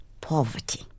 Poverty